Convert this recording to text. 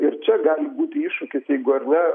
ir čia gali būti iššūkis jeigu ar ne